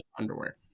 underwear